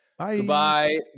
Goodbye